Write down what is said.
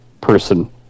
person